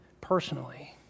personally